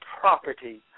property